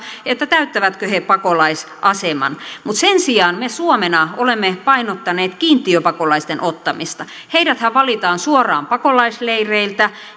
täyttävätkö he pakolaisaseman mutta sen sijaan me suomessa olemme painottaneet kiintiöpakolaisten ottamista heidäthän valitaan suoraan pakolaisleireiltä